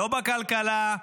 לא בכלכלה,